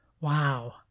Wow